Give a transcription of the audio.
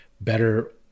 better